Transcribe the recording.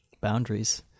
boundaries